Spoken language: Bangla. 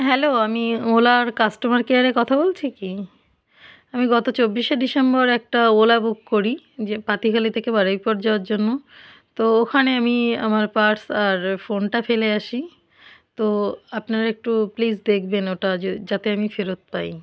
হ্যালো আমি ওলার কাস্টমার কেয়ারে কথা বলছি কি আমি গত চব্বিশে ডিসেম্বর একটা ওলা বুক করি যে পাতিখালি থেকে বারুইপুর যাওয়ার জন্য তো ওখানে আমি আমার পার্স আর ফোনটা ফেলে আসি তো আপনারা একটু প্লিজ দেখবেন ওটা যাতে আমি ফেরত পাই